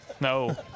No